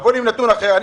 תבוא עם נתון אחר.